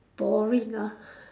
boring ah